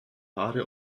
haare